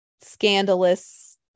scandalous